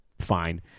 fine